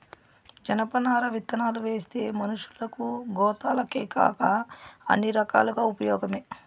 జనపనార విత్తనాలువేస్తే మనషులకు, గోతాలకేకాక అన్ని రకాలుగా ఉపయోగమే